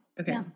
Okay